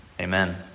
Amen